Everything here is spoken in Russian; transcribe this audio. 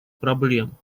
проблем